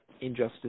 injustice